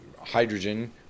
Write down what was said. hydrogen